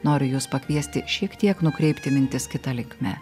noriu jus pakviesti šiek tiek nukreipti mintis kita linkme